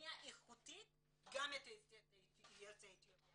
לאקדמיה איכותית גם את יוצאי אתיופיה.